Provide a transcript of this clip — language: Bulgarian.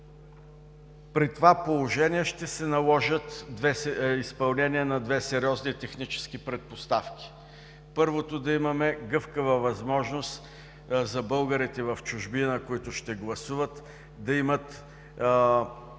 При това положение ще се наложат изпълнения на две сериозни технически предпоставки. Първото – да имаме гъвкава възможност за българите в чужбина, които ще гласуват, да имат